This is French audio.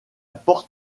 porte